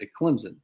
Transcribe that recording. Clemson